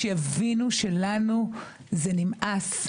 שיבינו שלנו זה נמאס,